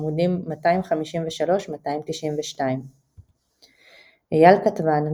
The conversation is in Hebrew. עמ' 253–292. אייל כתבן,